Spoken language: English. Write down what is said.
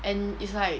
and it's like